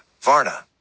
Varna